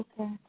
Okay